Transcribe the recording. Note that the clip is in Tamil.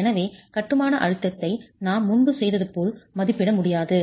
எனவே கட்டுமான அழுத்தத்தை நாம் முன்பு செய்தது போல் மதிப்பிட முடியாது